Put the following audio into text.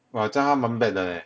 !wah! 这样她蛮 bad 的 leh